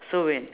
so when